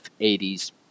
80s